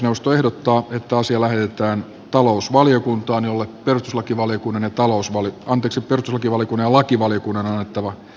puhemiesneuvosto ehdottaa että asia lähetetään talousvaliokuntaan jolle perustuslakivaliokunnan ja lakivaliokunnan on annettava lausunto